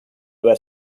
ver